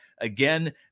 Again